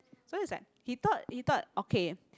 so is like he thought he thought okay